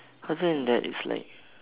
other than that it's like